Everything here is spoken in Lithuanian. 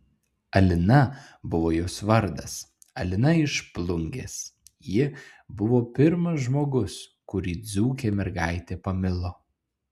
alina buvo jos vardas alina iš plungės ji buvo pirmas žmogus kurį dzūkė mergaitė pamilo